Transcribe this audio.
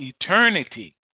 eternity